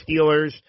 Steelers